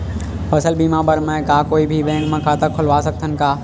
फसल बीमा बर का मैं कोई भी बैंक म खाता खोलवा सकथन का?